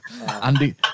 Andy